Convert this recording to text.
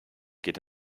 geht